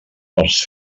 els